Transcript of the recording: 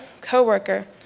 co-worker